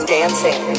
dancing